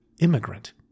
immigrant